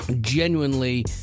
genuinely